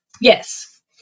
Yes